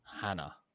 hannah